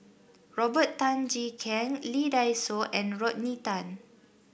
Robert Tan Jee Keng Lee Dai Soh and Rodney Tan